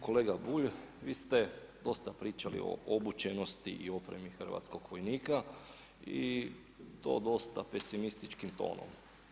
Kolega Bulj, vi ste dosta pričali o obučenosti i opremi hrvatskog vojnika i to dosta pesimističkim tonom.